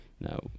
Now